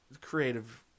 creative